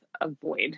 avoid